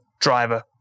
driver